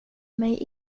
mig